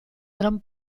gran